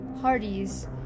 parties